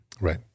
Right